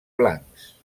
blancs